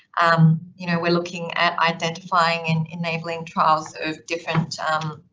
um, you know, we're looking at identifying and enabling trials of different, um,